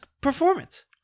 performance